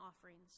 offerings